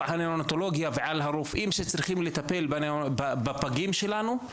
הניאונטולוגיה ועל הרופאים שצריכים לטפל בפגים שלנו,